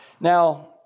Now